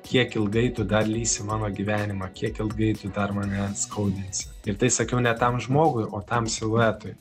kiek ilgai tu dar lysi į mano gyvenimą kiek ilgai tu dar mane skaudinsi ir tai sakiau ne tam žmogui o tam siluetui